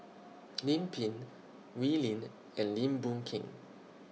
Lim Pin Wee Lin and Lim Boon Keng